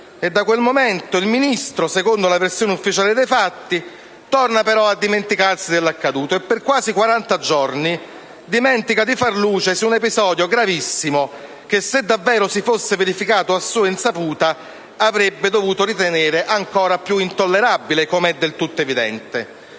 Da quel momento il Ministro, secondo la versione ufficiale dei fatti, torna però a dimenticarsi dell'accaduto e per quasi 40 giorni dimentica di fare luce su un episodio gravissimo che, se davvero si fosse verificato a sua insaputa, egli avrebbe dovuto ritenere ancora più intollerabile, com'è del tutto evidente.